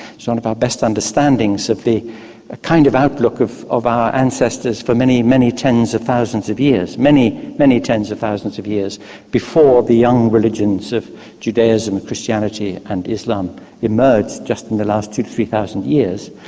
so and of our best understandings of the kind of outlook of of our ancestors for many, many tens of thousands of years, many many tens of thousands of years before the young religions of judaism, christianity and islam emerged just in the last two or three thousand years.